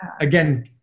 again